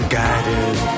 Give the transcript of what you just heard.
guided